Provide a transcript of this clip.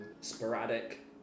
sporadic